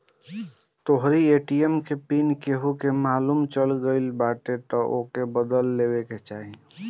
तोहरी ए.टी.एम के पिन केहू के मालुम चल गईल बाटे तअ ओके बदल लेवे के चाही